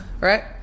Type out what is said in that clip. Right